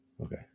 Okay